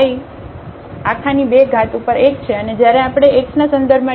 તેથી આપણી પાસે આ x y ² ઉપર 1 છે અને જ્યારે આપણે x ના સંદર્ભમાં ડેરિવેટિવ લઈએ છીએ